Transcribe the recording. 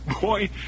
Boy